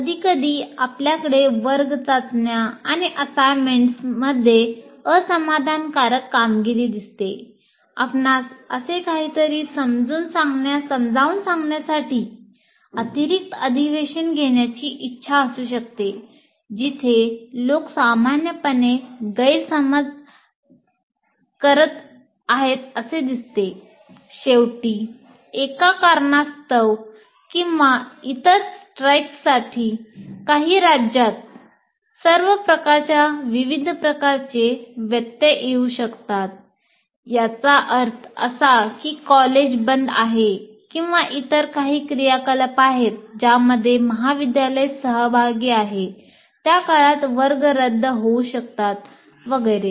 कधीकधी आपल्याकडे वर्ग चाचण्या आणि असाइनमेंटमध्ये काही राज्यात सर्व प्रकारच्या विविध प्रकारचे व्यत्यय येऊ शकतात याचा अर्थ असा की कॉलेज बंद आहे किंवा इतर काही क्रियाकलाप आहेत ज्यामध्ये महाविद्यालय सहभागी आहे त्या काळात वर्ग रद्द होऊ शकतात वगैरे